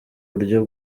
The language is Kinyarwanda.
buryo